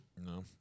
No